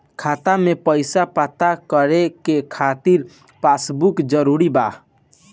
खाता में पईसा पता करे के खातिर पासबुक जरूरी बा?